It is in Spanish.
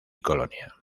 colonia